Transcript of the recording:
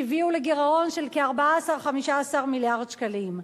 שהביאה לגירעון של 14 15 מיליארד שקלים.